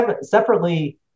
separately